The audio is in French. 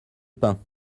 pain